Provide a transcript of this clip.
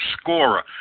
scorer